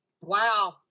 Wow